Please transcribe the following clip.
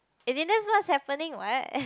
as in that's what's happening what